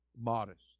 modest